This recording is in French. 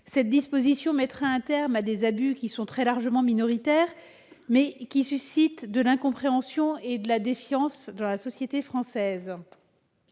Cette disposition mettra un terme à des abus qui sont très largement minoritaires, mais qui suscitent de l'incompréhension et de la défiance dans la société française.